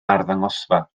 arddangosfa